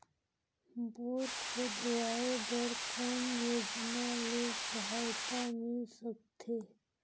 Bore खोदवाय बर कौन योजना ले सहायता मिल सकथे?